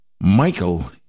Michael